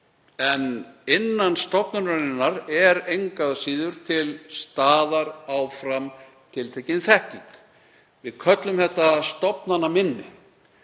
en innan stofnunarinnar er engu að síður áfram til staðar tiltekin þekking. Við köllum þetta stofnanaminni